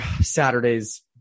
Saturday's